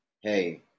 hey